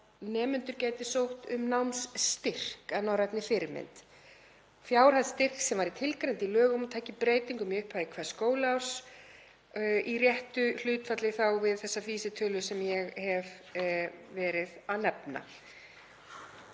nemendur gætu sótt um námsstyrk að norrænni fyrirmynd, fjárhæð styrks sem væri tilgreind í lögum og tæki breytingum í upphafi hvers skólaárs, í réttu hlutfalli við þessa vísitölu sem ég hef verið að nefna.